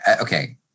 okay